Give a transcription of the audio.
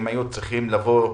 הם היו צריכים לבוא לאוהל.